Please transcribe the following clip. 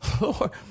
Lord